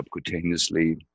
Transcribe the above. subcutaneously